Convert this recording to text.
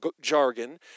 jargon